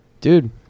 Dude